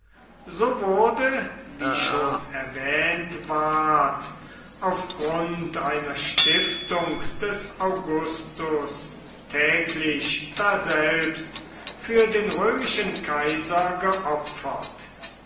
so wurde wie schon erwähnt ward auf grund einer stiftung des augustus täglich daselbst für den römischen kaiser geopfert